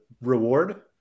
reward